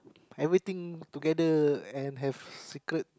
everything together and have secret